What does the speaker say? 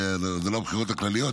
זה לא הבחירות הכלליות,